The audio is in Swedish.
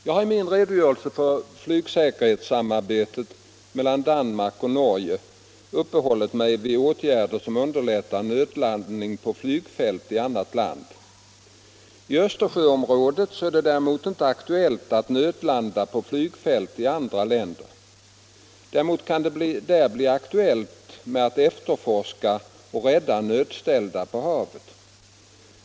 Jag har i min redogörelse för flygsäkerhetssamarbetet med Danmark och Norge uppehållit mig vid åtgärder som underlättar nödlandning på flygfält i annat land. I Östersjöområdet är det däremot inte aktuellt att nödlanda på flygfält i andra länder. Däremot kan det där bli aktuellt att efterforska och rädda nödställda på havet.